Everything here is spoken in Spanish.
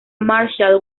marshall